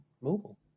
mobile